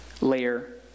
layer